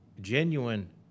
genuine